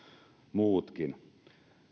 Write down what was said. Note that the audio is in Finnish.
muutkin